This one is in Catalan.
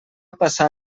passar